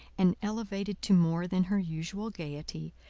and elevated to more than her usual gaiety,